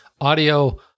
audio